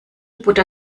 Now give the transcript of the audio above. butter